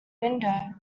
window